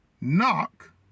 Knock